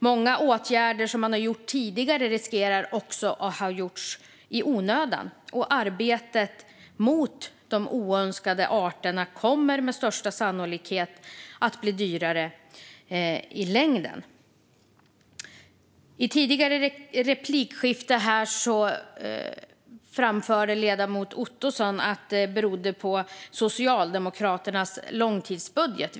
Många åtgärder som man har gjort tidigare riskerar också att ha gjorts i onödan, och arbetet mot de oönskade arterna kommer med största sannolikhet att bli dyrare i längden. I ett tidigare replikskifte framförde ledamoten Ottosson att detta berodde på Socialdemokraternas långtidsbudget.